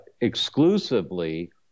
exclusively